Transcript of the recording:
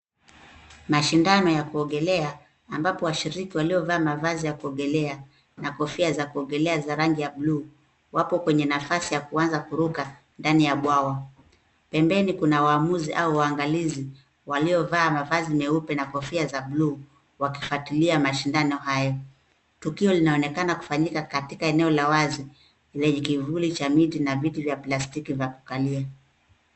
Mashindano ya kuogelea ambapo washiriki waliovaa mavazi ya kuogelea na kofia za kuogelea za rangi ya buluu wako kwenye nafasi ya kuanza kuruka ndani ya bwawa. Pembeni kuna waamuzi au waangalizi waliovaa mavazi meupe na kofia za buluu wakifuatilia mashindano hayo. Tukio linaonekana kufanyika katika eneo la wazi zenye kivuli cha miti na viti vya plastiki vya kukalia.